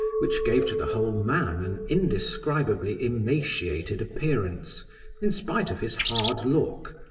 which gave to the whole man an indescribably emaciated appearance in spite of his hard look,